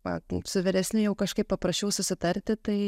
su vyresniu jau kažkaip paprasčiau susitarti tai